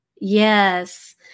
Yes